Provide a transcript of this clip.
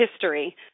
history